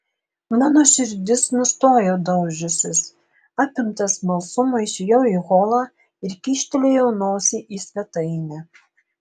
mano širdis nustojo daužiusis apimtas smalsumo išėjau į holą ir kyštelėjau nosį į svetainę